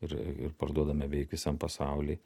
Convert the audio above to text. ir ir parduodame beveik visam pasauly